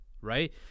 right